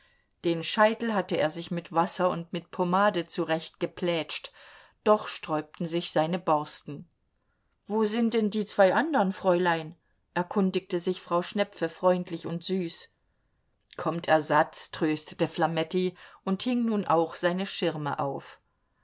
den scheitel hatte er sich mit wasser und mit pomade zurechtgeplätscht doch sträubten sich seine borsten wo sind denn die zwei andern fräulein erkundigte sich frau schnepfe freundlich und süß kommt ersatz tröstete flametti und hing nun auch seine schirme auf